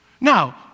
Now